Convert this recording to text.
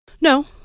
No